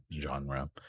genre